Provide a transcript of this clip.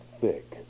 thick